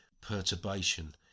perturbation